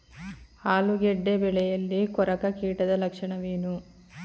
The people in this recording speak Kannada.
ಆಲೂಗೆಡ್ಡೆ ಬೆಳೆಯಲ್ಲಿ ಕೊರಕ ಕೀಟದ ಲಕ್ಷಣವೇನು?